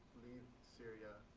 syria,